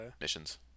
Missions